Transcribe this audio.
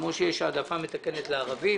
כמו שיש העדפה מתקנת לערבים.